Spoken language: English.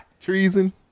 treason